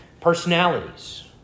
personalities